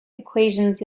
equations